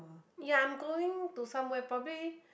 ya I'm going to somewhere probably